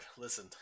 listen